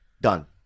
done